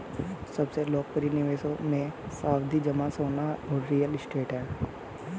सबसे लोकप्रिय निवेशों मे, सावधि जमा, सोना और रियल एस्टेट है